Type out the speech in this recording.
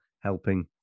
helping